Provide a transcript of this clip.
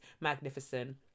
magnificent